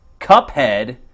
Cuphead